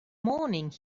morning